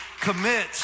commit